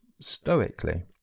stoically